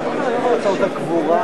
לא יכול להיות דבר כזה.